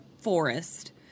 forest